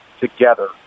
together